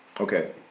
Okay